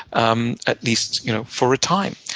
um at least you know for a time.